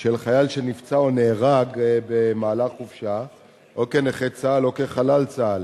של חייל שנפצע או נהרג במהלך חופשה או כנכה צה"ל או כחלל צה"ל.